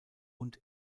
und